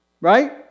right